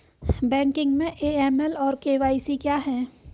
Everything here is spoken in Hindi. बैंकिंग में ए.एम.एल और के.वाई.सी क्या हैं?